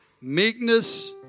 meekness